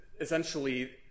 essentially